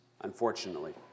unfortunately